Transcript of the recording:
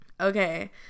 Okay